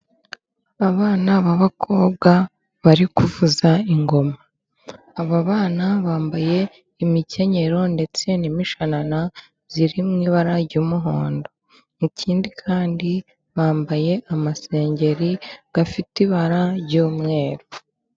Abana b'abakobwa bari kuvuza ingoma. Aba bana bambaye imikenyero ndetse n'imimishanana iri mu ibara ry'umuhondo. Ikindi kandi bambaye amasengeri afite ibara ry'umweru.